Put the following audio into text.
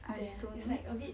I don't know